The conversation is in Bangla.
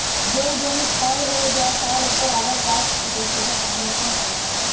যেই জমি ক্ষয় হয়ে যায়, তার উপর আবার গাছ পুঁতে সেটা সংরক্ষণ করা হয়